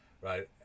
right